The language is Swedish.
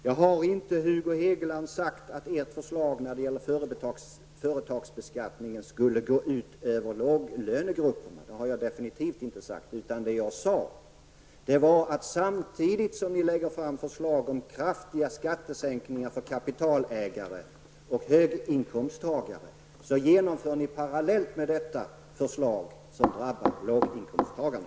Jag har inte, Hugo Hegeland, sagt att ert förslag när det gäller företagsbeskattningen skulle gå ut över låglönegrupperna. Det har jag definitivt inte sagt. Jag sade att samtidigt som ni lägger fram förslag om kraftiga skattesänkningar för kapitalägare och höginkomsttagare genomför ni förslag som drabbar låginkomsttagare.